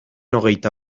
hogeita